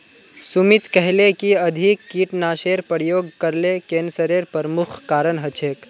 सुमित कहले कि अधिक कीटनाशेर प्रयोग करले कैंसरेर प्रमुख कारण हछेक